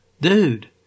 Dude